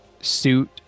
suit